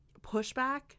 pushback